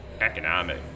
economic